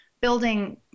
building